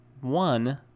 one